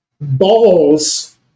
balls